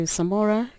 Samora